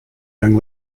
young